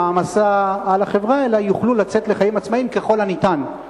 כדי שלא יהיו למעמסה על החברה אלא יוכלו לצאת לחיים עצמאיים ככל הניתן,